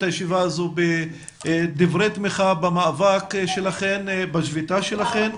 הישיבה הזו בדברי תמיכה במאבק שלכם ובשביתה שלכם.